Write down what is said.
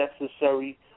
necessary